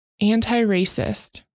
anti-racist